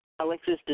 Alexis